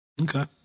Okay